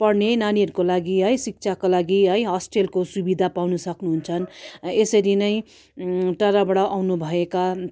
पढ्ने नानीहरूको लागि है शिक्षाका लागि है हस्टेलको सुविधा पाउनु सक्नु हुन्छ यसरी नै टाडाबाट आउनु भएका